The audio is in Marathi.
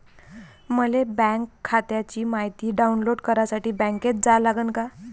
मले बँक खात्याची मायती डाऊनलोड करासाठी बँकेत जा लागन का?